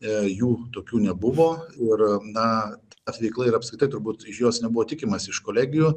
jei jų tokių nebuvo ir na ta veikla ir apskritai turbūt iš jos nebuvo tikimasi iš kolegijų